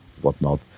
whatnot